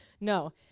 No